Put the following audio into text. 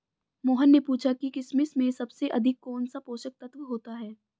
मोहन ने पूछा कि किशमिश में सबसे अधिक कौन सा पोषक तत्व होता है?